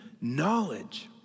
knowledge